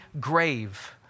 grave